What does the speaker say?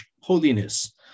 holiness